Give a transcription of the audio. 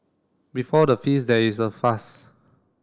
before the feast there is a fast